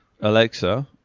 Alexa